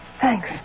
Thanks